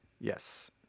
Yes